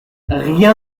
rien